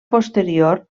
posterior